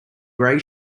gray